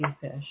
fish